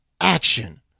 action